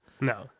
no